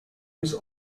was